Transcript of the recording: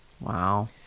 Wow